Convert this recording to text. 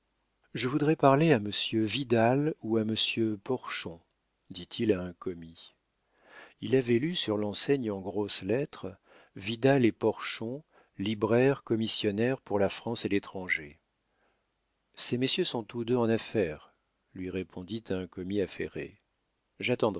je voudrais parler à monsieur vidal ou à monsieur porchon dit-il à un commis il avait lu sur l'enseigne en grosses lettres vidal et porchon libraires commissionnaires pour la france et l'étranger ces messieurs sont tous deux en affaires lui répondit un commis affairé